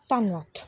ਧੰਨਵਾਦ